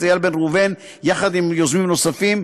איל בן ראובן יחד עם יוזמים נוספים,